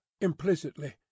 implicitly